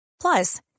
Plus